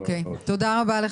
בסדר, תודה רבה.